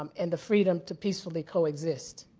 um and the freedom to peacefully coexist.